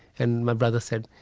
and my brother said,